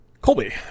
Colby